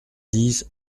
dix